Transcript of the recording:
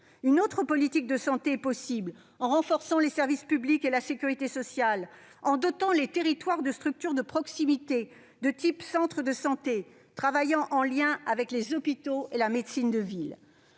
Une autre politique de santé est possible : renforcer les services publics et la sécurité sociale et doter les territoires de structures de proximité, comme les centres de santé, travaillant en lien avec les hôpitaux et la médecine de ville.